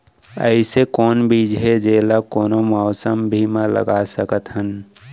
अइसे कौन बीज हे, जेला कोनो मौसम भी मा लगा सकत हन?